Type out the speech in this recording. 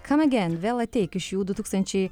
kam agen vėl ateik iš jų du tūkstančiai